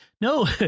no